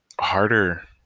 harder